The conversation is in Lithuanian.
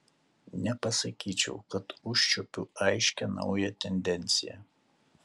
nepasakyčiau kad užčiuopiu aiškią naują tendenciją